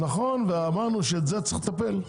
נכון, וגם אמרנו שבזה צריך לטפל.